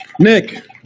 Nick